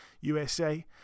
USA